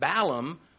Balaam